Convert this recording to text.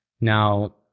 Now